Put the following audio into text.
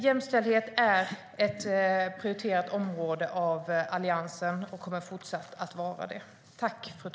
Jämställdhet är ett prioriterat område för Alliansen och kommer att fortsätta att vara det.